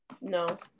No